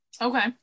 Okay